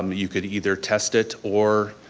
you could either test it or